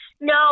No